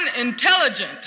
unintelligent